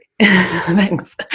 Thanks